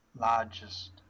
largest